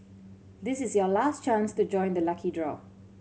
this is your last chance to join the lucky draw